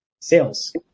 sales